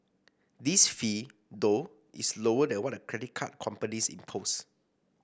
this fee though is lower than what the credit card companies impose